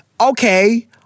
okay